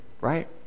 right